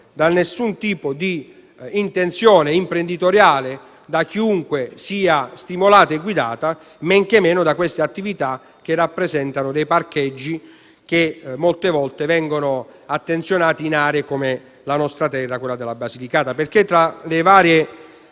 da nessun tipo di intenzione imprenditoriale, da chiunque sia stimolata e guidata, men che meno da queste attività, che rappresentano dei parcheggi che molte volte vengono attenzionati in aree come la nostra terra, cioè la Basilicata. Tra le varie